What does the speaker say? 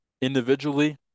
individually